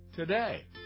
Today